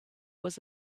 was